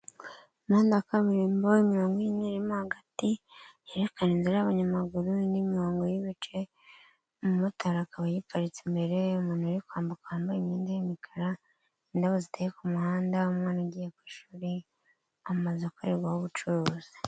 Umuhanda wa kaburimbo, imirongo y'imyeru, irimo hagati yerekana inzira y'abanyamaguru n'imirongo y'ibice, umumotari akaba ayiparitse imbere, umuntu uri kwambuka wambaye imyenda y'imikara, indabo ziteye ku muhanda, umwana ugiye ku ishuri, amazu akorerwaho ubucuruzi.